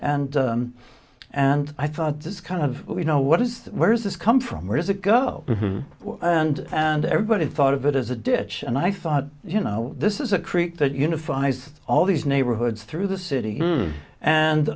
and and i thought this kind of you know what is that where is this come from where does it go and and everybody thought of it as a ditch and i thought you know this is a creek that unifies all these neighborhoods through the city and